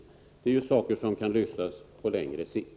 — Allt detta är saker som kan lösas på längre sikt.